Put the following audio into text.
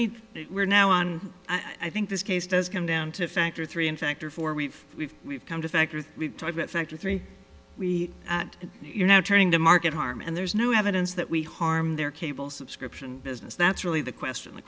me we're now on i think this case does come down to factor three and factor four we've we've we've come to factor we talk about factor three we at you're now trying to market harm and there's no evidence that we harmed their cable subscription business that's really the question the